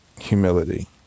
humility